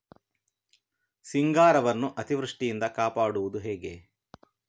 ಸಿಂಗಾರವನ್ನು ಅತೀವೃಷ್ಟಿಯಿಂದ ಕಾಪಾಡುವುದು ಹೇಗೆ?